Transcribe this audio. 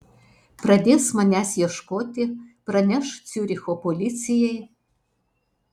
pradės manęs ieškoti praneš ciuricho policijai